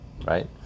right